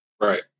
Right